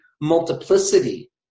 multiplicity